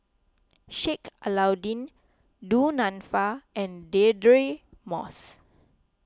Sheik Alau'ddin Du Nanfa and Deirdre Moss